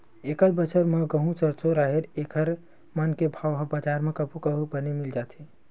एकत बछर म गहूँ, सरसो, राहेर एखर मन के भाव ह बजार म कभू कभू बने मिल जाथे